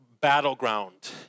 battleground